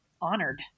honored